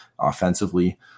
offensively